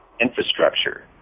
infrastructure